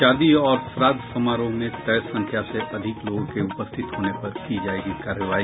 शादी और श्राद्व समारोह में तय संख्या से अधिक लोगों के उपस्थित होने पर की जायेगी कार्रवाई